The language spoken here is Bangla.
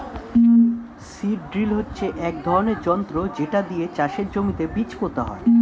সীড ড্রিল হচ্ছে এক ধরনের যন্ত্র যেটা দিয়ে চাষের জমিতে বীজ পোতা হয়